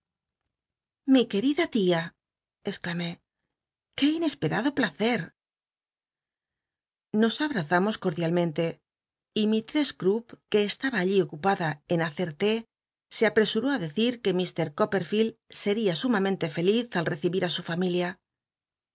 lii querida lia exclé qué incsper do placer nos abrazamos cordialmente y mistress cntpp que estaba allí ocupada en hacer té se apresuró i decir que mt copperfield seria sumamente feliz al recibir á stl familia